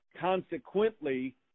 consequently